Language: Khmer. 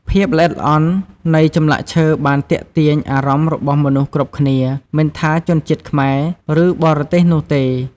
ភាពល្អិតល្អន់នៃចម្លាក់ឈើបានទាក់ទាញអារម្មណ៍របស់មនុស្សគ្រប់គ្នា មិនថាជនជាតិខ្មែរ ឬបរទេសនោះទេ។